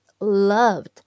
loved